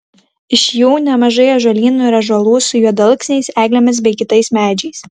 iš jų nemažai ąžuolynų ir ąžuolų su juodalksniais eglėmis bei kitais medžiais